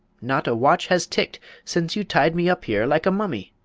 not a watch has ticked since you tied me up here like a mummy!